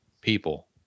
people